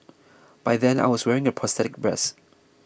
by then I was wearing a prosthetic breast